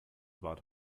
bart